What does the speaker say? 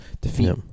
defeat